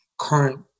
current